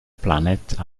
planète